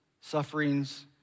sufferings